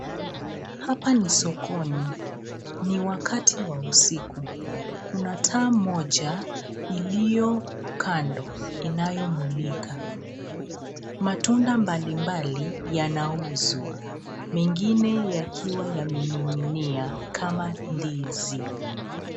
Hapa ni sokoni. Ni wakati wa usiku. Kuna taa moja iliyo kando inayomulika. Matunda mbalimbali yanauzwa mengine yakiwa yamening'inia kama ndizi.